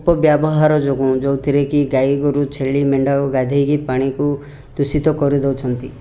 ଅପବ୍ୟବହାର ଯୋଗୁଁ ଯୋଉଁଥିରେ କି ଗାଈ ଗୋରୁ ଛେଳି ମେଣ୍ଢା ଗାଧୋଇ କି ପାଣିକୁ ଦୂଷିତ କରିଦେଉଛନ୍ତି